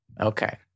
Okay